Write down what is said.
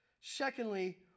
Secondly